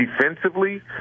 defensively